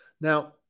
Now